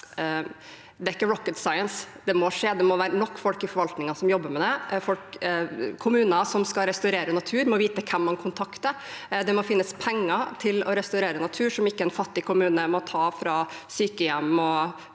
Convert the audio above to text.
dette er ikke «rocket science»: Det må være nok folk i forvaltningen som jobber med det, kommuner som skal restaurere natur, må vite hvem man kontakter, det må finnes penger til å restaurere natur som ikke en fattig kommune må ta fra sykehjem og